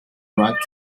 right